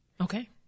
Okay